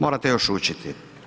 Morate još učiti.